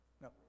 no